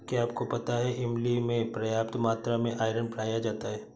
क्या आपको पता है इमली में पर्याप्त मात्रा में आयरन पाया जाता है?